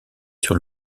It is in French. sur